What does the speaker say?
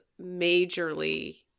majorly